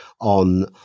on